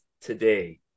today